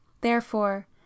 Therefore